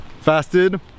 fasted